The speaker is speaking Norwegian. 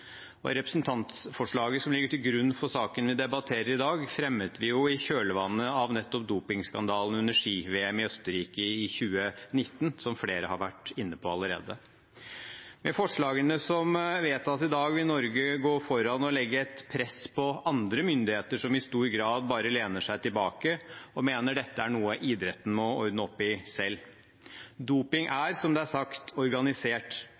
og representantforslaget som ligger til grunn for saken vi debatterer i dag, fremmet vi jo i kjølvannet av nettopp dopingskandalen under Ski-VM i Østerrike i 2019, som flere har vært inne på allerede. Med forslagene som vedtas i dag, vil Norge gå foran og legge et press på andre myndigheter, som i stor grad bare lener seg tilbake og mener dette er noe idretten må ordne opp i selv. Doping er, som det er sagt, organisert